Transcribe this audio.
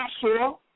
sure